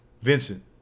Vincent